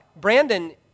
Brandon